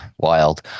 Wild